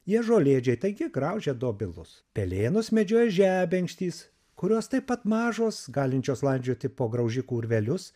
jie žolėdžiai taigi graužia dobilus pelėnus medžioja žebenkštys kurios taip pat mažos galinčios landžioti po graužikų urvelius